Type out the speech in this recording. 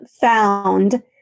found